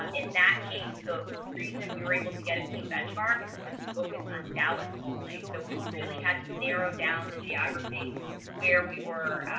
um in that case, the reason we were able to get a clean benchmark is because we focused on dallas only so we really had to narrow down the geography where we were.